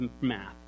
math